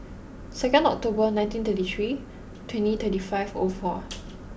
second October nineteen thirty three twenty thirty five o four